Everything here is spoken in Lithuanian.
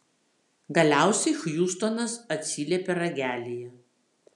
galiausiai hjustonas atsiliepė ragelyje